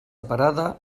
parada